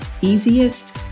easiest